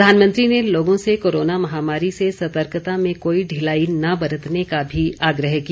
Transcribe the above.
प्रधानमंत्री ने लोगों से कोरोना महामारी से सतर्कता में कोई ढिलाई न बरतने का भी आग्रह किया